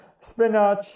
spinach